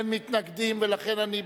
אין מתנגדים, ולכן אני,